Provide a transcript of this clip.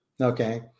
okay